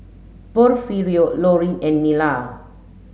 Porfirio Loreen and Nila